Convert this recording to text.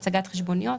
הצגת חשבוניות,